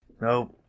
Nope